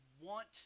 want